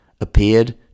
appeared